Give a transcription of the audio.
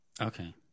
Okay